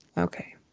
Okay